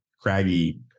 craggy